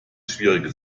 schwierige